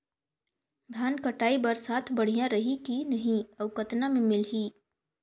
धान कटाई बर साथ बढ़िया रही की नहीं अउ कतना मे मिलही?